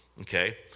okay